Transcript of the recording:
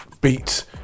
beat